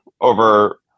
over